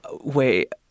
Wait